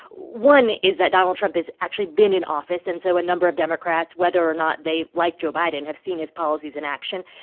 one is that donald trump has actually been in office. and so a number of democrats, whether or not they like joe biden, have seen his policies in action.